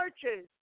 churches